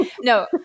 No